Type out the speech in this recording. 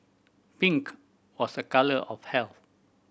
pink was a colour of health